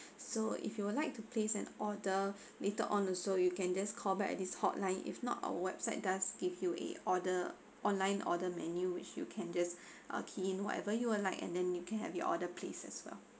so if you would like to place an order later on also you can just call back at this hotline if not our website does give you a order online order menu which you can just uh key in whatever you are like and then you can have your order place as well